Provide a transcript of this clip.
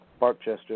Parkchester